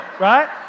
right